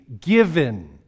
given